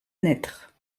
naître